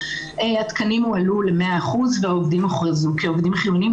התקנים הועלו ל-100% והעובדים הוכרזו כעובדים חיוניים,